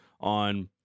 on